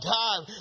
time